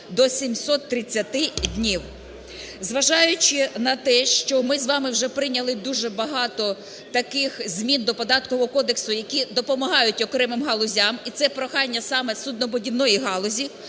до 730 днів. Зважаючи на те, що ми з вами вже прийняли дуже багато таких змін до Податкового кодексу, які допомагають окремим галузям, і це прохання саме суднобудівної галузі,